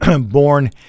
born